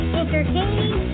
entertaining